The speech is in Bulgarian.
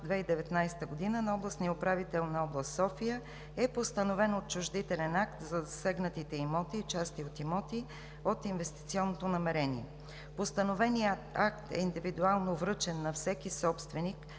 2019 г. на областния управител на област София е постановен отчуждителен акт за засегнатите имоти и части от имоти от инвестиционното намерение. Постановеният акт е индивидуално връчен на всеки собственик